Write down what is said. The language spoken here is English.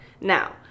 now